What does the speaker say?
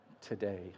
today